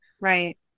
Right